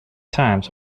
times